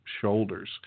shoulders